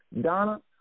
Donna